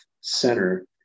center